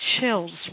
chills